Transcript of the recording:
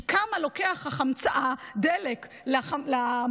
כי כמה לוקח הדלק למזגן,